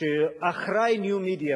אחראי ניו-מדיה,